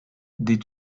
did